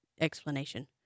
explanation